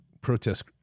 protest